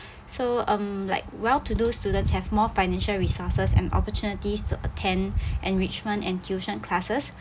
so um like well to do students have more financial resources and opportunities to attend enrichment and tuition classes